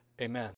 amen